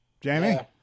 Jamie